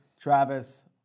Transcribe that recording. Travis